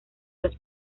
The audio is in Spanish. los